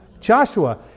Joshua